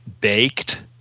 baked